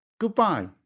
Goodbye